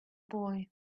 boy